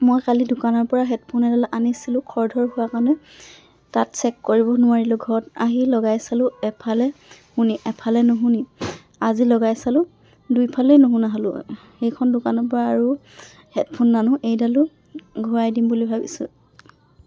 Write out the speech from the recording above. মই কালি দোকানৰপৰা হেডফোন এডাল আনিছিলোঁ খৰ ধৰ হোৱাৰ কাৰণে তাত চেক কৰিব নোৱাৰিলো ঘৰত আহি লগাই চালো এফালে শুনি এফালে নুশুনি আজি লগাই চালো দুইফালেই নুশুনা হ'লোঁ সেইখন দোকানৰপৰা আৰু হেডফোন নানো এইডালো ঘূৰাই দিম বুলি ভাবিছোঁ